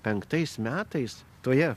penktais metais toje